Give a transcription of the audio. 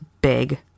big